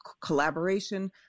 collaboration